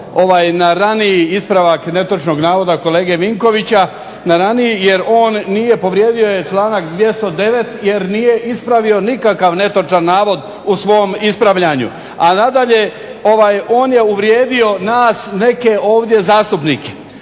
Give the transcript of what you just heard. na raniji ispravak netočnog navoda kolege Vinkovića jer on nije. Povrijedio je članak 209. jer nije ispravio nikakav netočan navod u svom ispravljanju. A nadalje, on je uvrijedio nas neke ovdje zastupnike